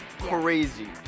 crazy